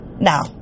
Now